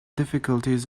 difficulties